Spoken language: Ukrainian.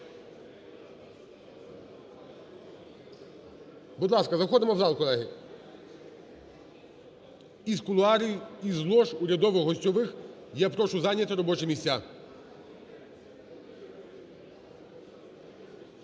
Будь ласка, заходимо в зал, колеги, із кулуарів, із ложі урядових, гостьових, я прошу зайняти робочі місця.